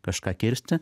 kažką kirsti